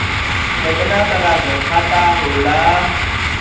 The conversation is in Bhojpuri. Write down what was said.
केतना तरह के खाता होला?